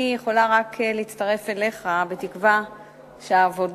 אני יכולה רק להצטרף אליך בתקווה שהעבודות